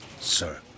sir